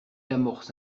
amorce